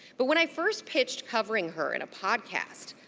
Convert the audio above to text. but when i first pitched covering her in a podcast,